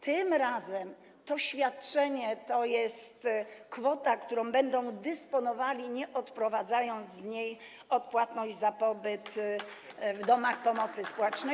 Tym razem to świadczenie to jest kwota, którą będą dysponowali, nie odprowadzając od niej środków z tytułu odpłatności za pobyt w domach pomocy społecznej.